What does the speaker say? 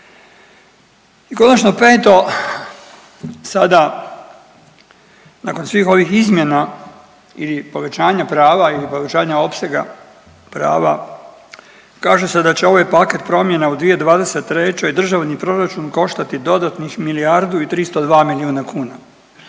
I konačno peto, sada nakon svih ovih izmjena ili povećanja prava ili povećanja opsega prava kaže se da će ovaj paket promjena u 2023. državni proračun koštati dodatnih milijardu i 302 milijuna kuna,